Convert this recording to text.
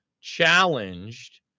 challenged